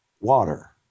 water